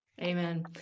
Amen